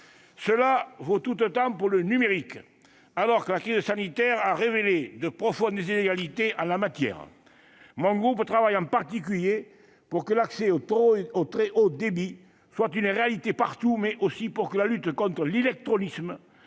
Cela vaut tout autant pour le numérique, alors que la crise sanitaire a révélé de profondes inégalités en la matière. Mon groupe travaille en particulier pour que l'accès au très haut débit soit une réalité partout, mais aussi pour que la lutte contre l'illectronisme